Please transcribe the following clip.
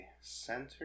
center